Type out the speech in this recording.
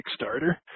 Kickstarter